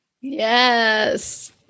Yes